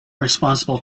responsible